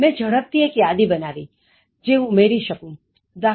મેં ઝડપથી એક યાદી બનાવી જે હું ઉમેરી શકુ દા